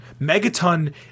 Megaton